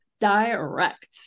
direct